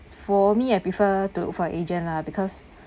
for me I prefer to for agent lah because